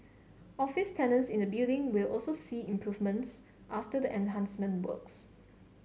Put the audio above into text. office tenants in the building will also see improvements after the enhancement works